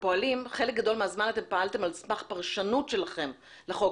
חלק גדול מהזמן אתם פעלתם על סמך פרשנות שלכם לחוק